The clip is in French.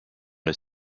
les